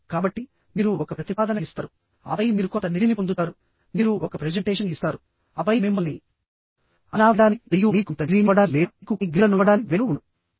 కాబట్టి మీరు ఒక ప్రతిపాదన ఇస్తారు ఆపై మీరు కొంత నిధిని పొందుతారు మీరు ఒక ప్రెజెంటేషన్ ఇస్తారు ఆపై మిమ్మల్ని అంచనా వేయడానికి మరియు మీకు కొంత డిగ్రీని ఇవ్వడానికి లేదా మీకు కొన్ని గ్రేడ్లను ఇవ్వడానికి వ్యక్తులు ఉంటారు